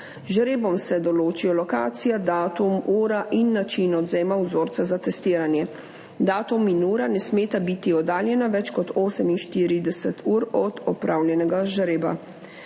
žrebom se določijo lokacija, datum, ura in način odvzema vzorca za testiranje. Datum in ura ne smeta biti oddaljena več kot 48 ur od opravljenega žreba.